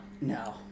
No